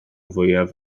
fwyaf